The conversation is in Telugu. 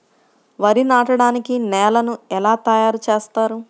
వరి నాటడానికి నేలను ఎలా తయారు చేస్తారు?